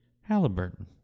Halliburton